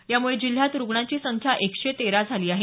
यामुळे जिल्ह्यात रुग्णांची संख्या एकशे तेरा झाली आहे